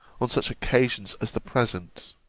on such occasions as the present?